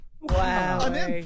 Wow